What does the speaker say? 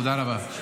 תודה רבה.